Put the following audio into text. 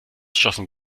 schossen